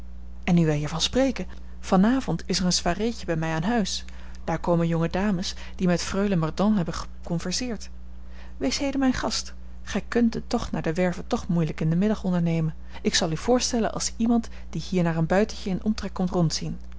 genoeg en nu wij hiervan spreken van avond is er een soiréetje bij mij aan huis daar komen jonge dames die met freule mordaunt hebben geconverseerd wees heden mijn gast gij kunt den tocht naar de werve toch moeilijk in den middag ondernemen ik zal u voorstellen als iemand die hier naar een buitentje in den omtrek komt